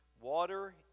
Water